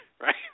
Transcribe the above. Right